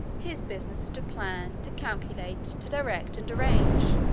his business is to plan, to calculate, to direct, and arrange.